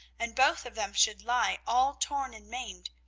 and both of them should lie all torn and maimed!